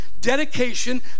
dedication